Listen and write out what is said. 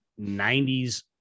90s